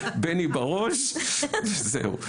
בני בראש זהו,